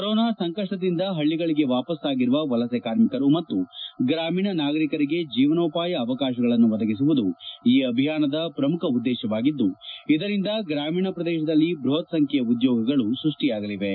corona ಸಂಕಷ್ಟದಿಂದ ಹಳ್ಳಿಗಳಿಗೆ ವಾಪಸ್ಪಾಗಿರುವ ವಲಸೆ ಕಾರ್ಮಿಕರು ಮತ್ತು ಗ್ರಾಮೀಣ ನಾಗರಿಕರಿಗೆ ಜೀವನೋಪಾಯ ಅವಕಾಶಗಳನ್ನು ಒದಗಿಸುವುದು ಈ ಅಭಿಯಾನದ ಪ್ರಮುಖ ಉದ್ದೇಶವಾಗಿದ್ದು ಇದರಿಂದ ಗ್ರಾಮೀಣ ಪ್ರದೇಶದಲ್ಲಿ ಬೃಹತ್ ಸಂಖ್ಯೆಯ ಉದ್ಯೋಗಗಳು ಸೃಷ್ಟಿಯಾಗಲಿವೆ